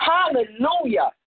Hallelujah